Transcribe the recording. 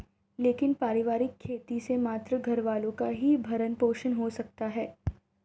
लेकिन पारिवारिक खेती से मात्र घरवालों का ही भरण पोषण हो सकता है